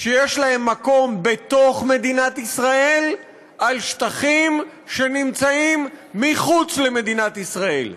שיש להן מקום בתוך מדינת ישראל על שטחים שנמצאים מחוץ למדינת ישראל.